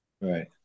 Right